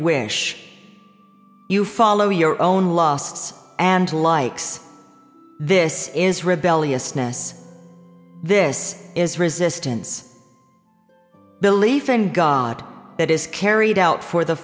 wish you follow your own lost and likes this is rebelliousness this is resistance belief in god that is carried out for the